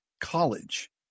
college